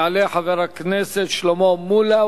יעלה חבר הכנסת שלמה מולה,